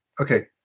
okay